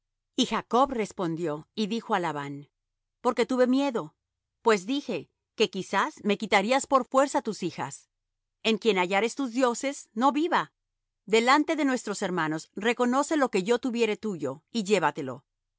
y jacob respondió y dijo á labán porque tuve miedo pues dije que quizás me quitarías por fuerza tus hijas en quien hallares tus dioses no viva delante de nuestros hermanos reconoce lo que yo tuviere tuyo y llévatelo